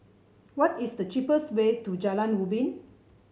what is the cheapest way to Jalan Ubin